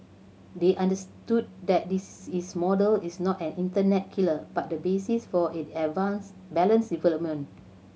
they understood that is model is not an internet killer but the basis for it advance balanced development